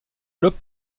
loch